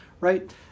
right